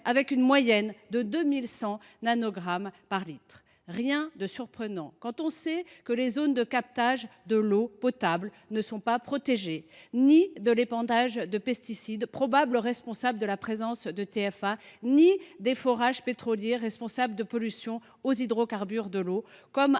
avec une moyenne de 2 100 nanogrammes par litre. Il n’y a là rien de surprenant quand on sait que les zones de captage de l’eau potable ne sont protégées ni de l’épandage de pesticides, probablement responsable de la présence de TFA, ni des forages pétroliers, responsables de la pollution aux hydrocarbures de l’eau, comme à